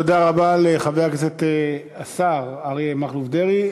תודה רבה לשר אריה מכלוף דרעי.